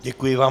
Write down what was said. Děkuji vám.